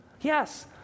Yes